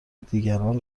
دیگران